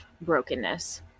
brokenness